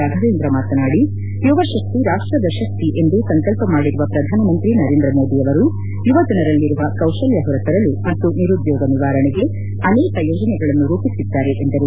ರಾಘವೇಂದ್ರ ಮಾತನಾಡಿ ಯುವಶಕ್ತಿ ರಾಷ್ಟದ ಶಕ್ತಿ ಎಂದು ಸಂಕಲ್ಪ ಮಾಡಿರುವ ಪ್ರಧಾನಮಂತ್ರಿ ನರೇಂದ್ರ ಮೋದಿಯವರು ಯುವಜನರಲ್ಲಿರುವ ಕೌಶಲ್ಯ ಹೊರತರಲು ಮತ್ತು ನಿರುದ್ಯೋಗ ನಿವಾರಣೆಗೆ ಆನೇಕ ಯೋಜನೆಗಳನ್ನು ರೂಪಿಸಿದ್ದಾರೆ ಎಂದರು